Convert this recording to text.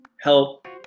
help